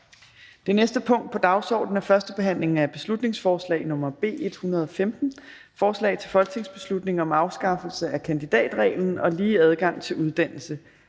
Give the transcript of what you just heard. Det næste punkt på dagsordenen er: 6) 1. behandling af beslutningsforslag nr. B 115: Forslag til folketingsbeslutning om afskaffelse af kandidatreglen og lige adgang til uddannelse.